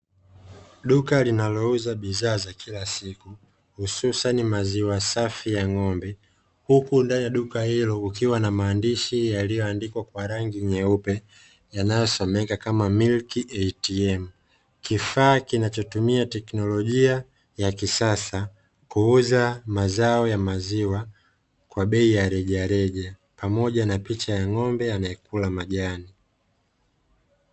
Duka linalouza bidhaa za kila siku hususani maziwa safi ya ng'ombe, huku ndani ya duka hilo ukiwa na maandishi yaliyoandikwa kwa rangi nyeupe yanayosomeka kama "milk ATM", kifaa kinachotumia teknolojia ya kisasa kuuza mazao ya maziwa kwa bei ya rejareja pamoja na picha ya ng'ombe anayekula majani.